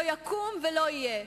לא יקום ולא יהיה.